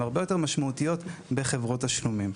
הרבה יותר משמעותיות בחברות התשלומים.